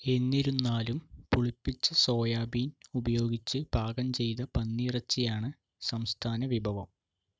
എന്നിരുന്നാലും പുളിപ്പിച്ച സോയാബീൻ ഉപയോഗിച്ച് പാകം ചെയ്ത പന്നിയിറച്ചിയാണ് സംസ്ഥാന വിഭവം